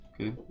Okay